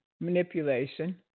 manipulation